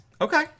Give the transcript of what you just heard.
Okay